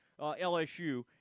LSU